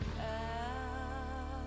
out